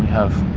of